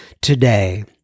today